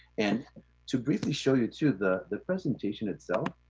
and to briefly show you too, the the presentation itself.